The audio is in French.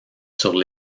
sur